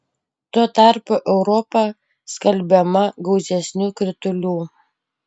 tuo tarpu europa skalbiama gausesnių kritulių